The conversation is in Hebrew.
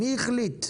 מי החליט?